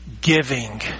giving